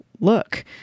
look